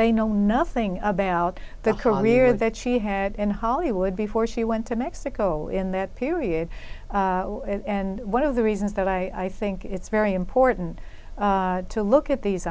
they know nothing about the career that she had in hollywood before she went to mexico in that period and one of the reasons that i think it's very important to look at these